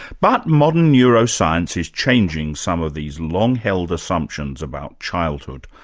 but modern neuro-science is changing some of these long-held assumptions about childhood,